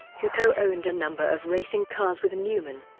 who co-owned a number of racing cars with newman.